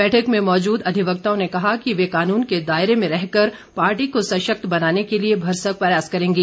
बैठक में मौजूद अधिवक्ताओं ने कहा कि वे कानून के दायरे में रहकर पार्टी को सशक्त बनाने के लिए भरसक प्रयास करेंगे